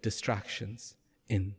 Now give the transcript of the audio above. distractions in